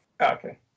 Okay